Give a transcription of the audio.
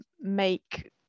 make